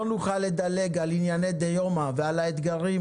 לא נוכל לדלג על ענייני דיומא ועל האתגרים